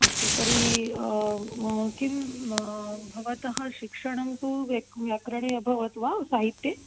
अस्तु तर्हि किं भवतः शिक्षणं तु व्याकरणे व्याकरणे अभवत् वा साहित्ये